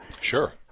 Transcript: Sure